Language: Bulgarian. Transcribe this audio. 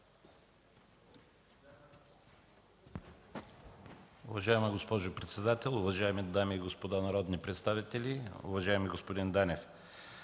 Уважаеми господин председател, уважаеми дами и господа народни представители, уважаеми господин